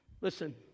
Listen